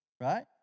right